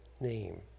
name